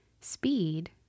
Speed